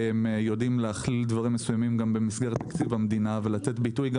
יודעים להכליל דברים מסוימים במסגרת תקציב המדינה ולתת ביטוי גם